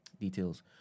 details